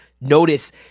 notice